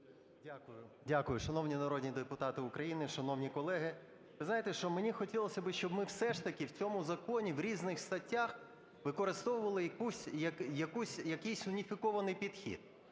Дякую. Шановні народні депутати України, шановні колеги, знаєте, що мені хотілося б, щоб ми все ж таки у цьому законі в різних статтях використовували якийсь уніфікований підхід.